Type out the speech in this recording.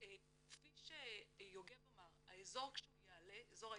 כפי שיוגב אמר, כשיעלה האזור האישי,